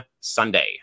Sunday